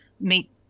meet